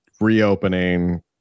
reopening